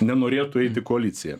nenorėtų eit į koaliciją